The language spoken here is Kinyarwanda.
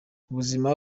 ubuzima